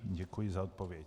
Děkuji za odpověď.